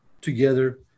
together